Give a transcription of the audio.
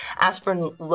aspirin